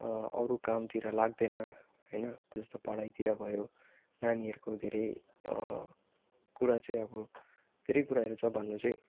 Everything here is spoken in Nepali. अरू कामतिर लाग्दैन होइन जस्तो पढाइतिर भयो नानीहरूको धेरै कुरा चाहिँ अब धेरै कुराहरू छ भन्नु चाहिँ